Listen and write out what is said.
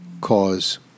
cause